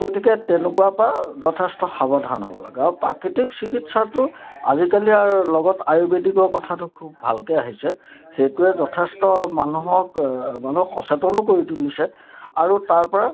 গতিকে তেনেকুৱা পৰা যথেষ্ট সাৱধান হ'ব লাগে আৰু প্ৰাকৃতিক চিকিৎসাটো আজিকালি আৰু লগত আয়ুৰ্ৱেদিকৰ কথাটো খুব ভালকৈ আহিছে সেইটোৱে যথেষ্ট মানুহক মানুহক সচেতনো কৰি তুলিছে আৰু তাৰপৰা